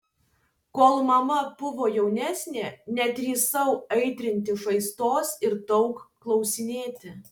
kol mama buvo jaunesnė nedrįsau aitrinti žaizdos ir daug klausinėti